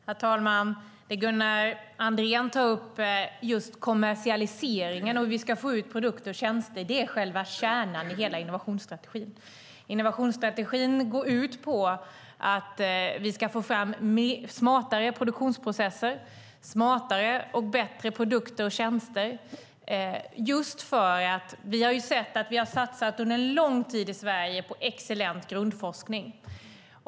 Herr talman! Det Gunnar Andrén tar upp, kommersialiseringen och hur vi ska få ut produkter och tjänster, är själva kärnan i hela innovationsstrategin. Innovationsstrategin går ut på att vi ska få fram smartare produktionsprocesser, smartare och bättre produkter och tjänster. Vi har under en lång tid i Sverige satsat på excellent grundforskning.